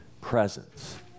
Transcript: presence